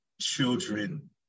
children